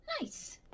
Nice